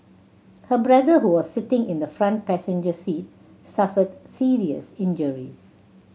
her brother who was sitting in the front passenger seat suffered serious injuries